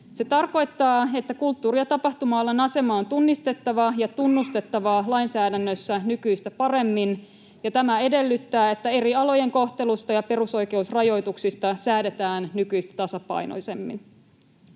Se tarkoittaa, että kulttuuri- ja tapahtuma-alan asema on tunnistettava ja tunnustettava lainsäädännössä nykyistä paremmin, ja tämä edellyttää, että eri alojen kohtelusta ja perusoikeusrajoituksista säädetään nykyistä tasapainoisemmin.